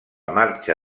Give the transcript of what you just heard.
marxa